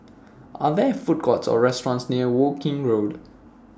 Are There Food Courts Or restaurants near Woking Road